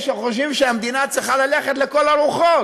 שחושבים שהמדינה צריכה ללכת לכל הרוחות